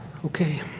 okay.